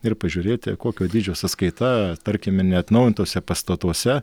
ir pažiūrėti kokio dydžio sąskaita tarkim ir neatnaujintuose pastatuose